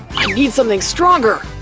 i need something stronger.